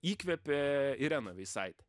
įkvėpė irena veisaitė